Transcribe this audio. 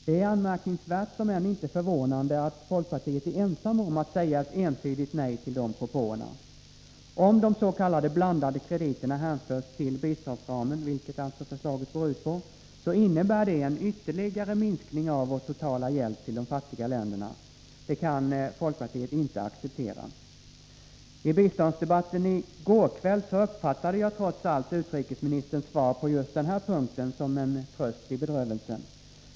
Det är anmärkningsvärt, om än inte förvånande, att folkpartiet är ensamt om att säga ett entydigt nej till de propåerna. Om de s.k. blandade krediterna hänförs till biståndsramen, vilket alltså förslaget går ut på, innebär det en ytterligare minskning av vår totala hjälp till de fattiga länderna. Det kan folkpartiet inte acceptera. I biståndsdebatten i går kväll uppfattade jag trots allt utrikesminsterns svar på just den här punkten som en tröst i bedrövelsen.